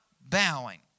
bowing